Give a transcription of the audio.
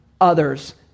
others